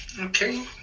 okay